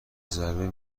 ضربه